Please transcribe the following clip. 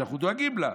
שאנחנו דואגים לה,